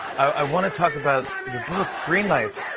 i want to talk about your book, greenlights.